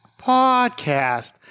Podcast